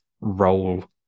role